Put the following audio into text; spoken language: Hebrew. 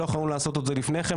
שלא יכולנו לעשות את זה לפני כן.